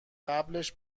قبلش